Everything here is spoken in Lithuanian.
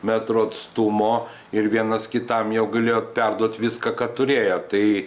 metrų atstumo ir vienas kitam jau galėjot perduot viską ką turėjot tai